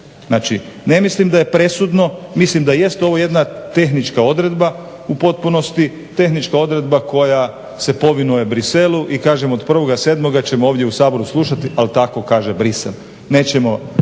Znači ne mislim da je presudno, mislim da jest ovo jedna tehnička odredba u potpunosti, tehnička odredba koja se povinuje Bruxellesu. I kažem od 1. 7. ćemo ovdje u Saboru slušati ali tako kaže Bruxelles. Nećemo,